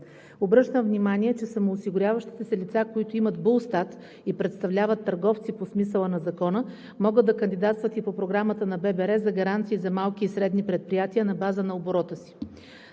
Обръщам внимание, че самоосигуряващите се лица, които имат БУЛСТАТ и представляват търговци по смисъла на закона, могат да кандидатстват и по Програмата на ББР за гаранции за малки и средни предприятия на база на оборота си.